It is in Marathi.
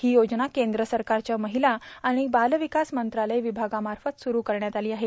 ही योजना केंद्र सरकारच्या महिला आणि बाल विकास मंत्रालय विभागामार्फत सुरू करण्यात आली आहे